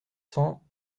cents